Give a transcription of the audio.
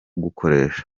gukoresha